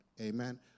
Amen